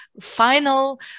final